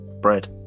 bread